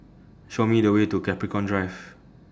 Show Me The Way to Capricorn Drive